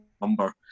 number